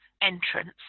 entrance